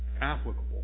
applicable